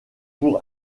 pour